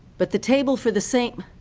but the table for the same